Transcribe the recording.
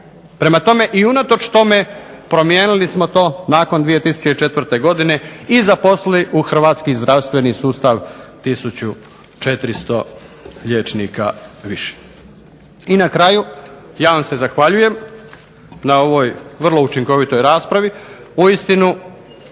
Prema tome i unatoč tome promijenili smo to nakon 2004. godine i zaposlili u hrvatski zdravstveni sustav 1400 liječnika više. I na kraju, ja vam se zahvaljujem na ovoj vrlo učinkovitoj raspravi. Uistinu